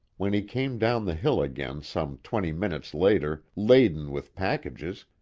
when he came down the hill again some twenty minutes later laden with packages,